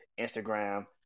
Instagram